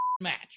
match